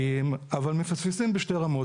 אבל מפספסים בשתי רמות.